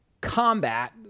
Combat